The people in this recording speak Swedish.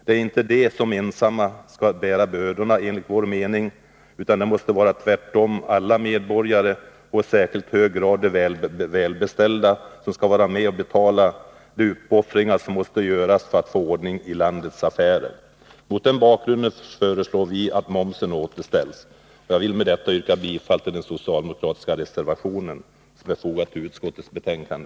Det är inte de som ensamma skall bära bördorna enligt vår mening, utan det måste tvärtom vara alla medborgare, och i särskilt hög grad de välbeställda, som skall vara med och betala de uppoffringar som måste göras för att få ordning i landets affärer. Mot den bakgrunden föreslår vi att momsen återställs. Jag vill med detta yrka bifall till den socialdemokratiska reservation som är fogad till skatteutskottets betänkande.